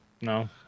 no